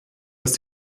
dass